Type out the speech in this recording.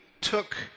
took